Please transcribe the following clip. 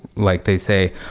like they say,